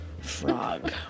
frog